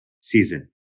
season